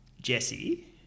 Jesse